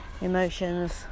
emotions